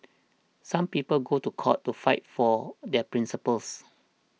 some people go to court to fight for their principles